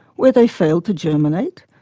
where they failed to germinate,